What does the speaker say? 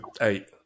eight